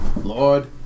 Lord